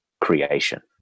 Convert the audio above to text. creation